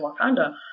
Wakanda